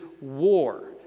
war